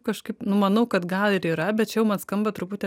kažkaip nu manau kad gal ir yra bet čia jau man skamba truputį